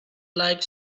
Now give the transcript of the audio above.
like